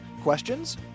Questions